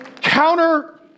counter